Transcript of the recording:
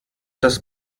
das